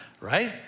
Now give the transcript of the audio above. right